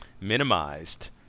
minimized